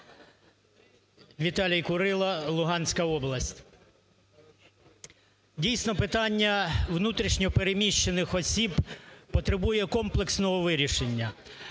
Віталій Курило, Луганська область. Дійсно, питання внутрішньо переміщених осіб потребує комплексного вирішення.